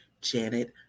Janet